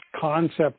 concept